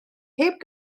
heb